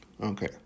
Okay